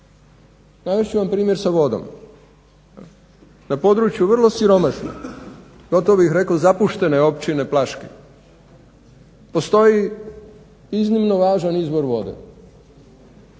Navest ću vam primjer sa vodom. Na području vrlo siromašno, gotovo bih rekao zapuštene općine Plaški, postoji iznimno važan izvor vode